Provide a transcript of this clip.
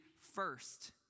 first